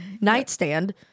nightstand